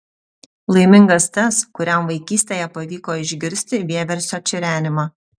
laimingas tas kuriam vaikystėje pavyko išgirsti vieversio čirenimą